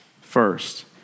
First